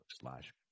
slash